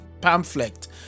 pamphlet